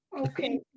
Okay